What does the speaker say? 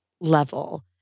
Level